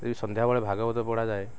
ସେଠି ସନ୍ଧ୍ୟାବେଳେ ଭାଗବତ ପଢ଼ାଯାଏ